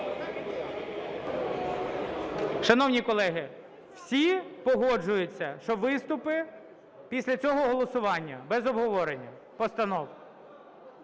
Шановні колеги, всі погоджуються, що виступи, після цього – голосування, без обговорення постанов?